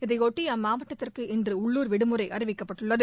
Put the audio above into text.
இதையொட்டி அம்மாவட்டத்திற்கு இன்று உள்ளூர் விடுமுறை அளிக்கப்பட்டிருக்கிறது